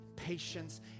patience